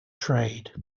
trade